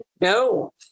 No